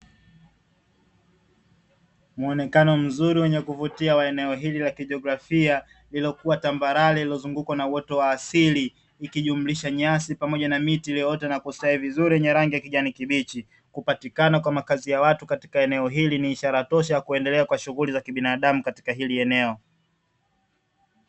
Muonekano mzuri wenye kuvutia wa eneo hili la kijiografia, lililokuwa tambarare lililozungukwa na uoto wa asili, ikijumlisha nyasi pamoja na miti iliyoota na kustawi vizuri yenye rangi ya kijani kibichi. Kupatikana kwa makazi ya watu katika eneo hili ni ishara tosha ya kuendelea kwa shughuli za kibinadamu katika hili eneo.